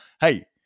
Hey